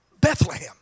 Bethlehem